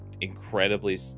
incredibly